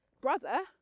brother